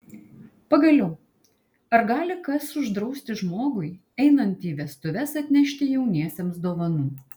pagaliau ar gali kas uždrausti žmogui einant į vestuves atnešti jauniesiems dovanų